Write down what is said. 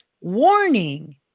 Warning